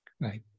Right